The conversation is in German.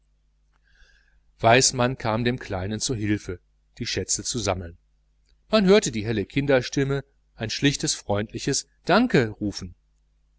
weismann kam dem kleinen zur hilfe die schätze zu sammeln man hörte die helle kinderstimme ein schlichtes freundliches danke rufen